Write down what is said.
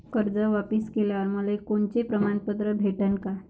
कर्ज वापिस केल्यावर मले कोनचे प्रमाणपत्र भेटन का?